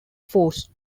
force